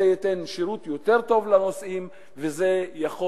זה ייתן שירות יותר טוב לנוסעים וזה יכול